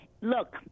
Look